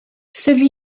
celui